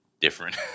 different